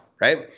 right